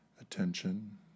attention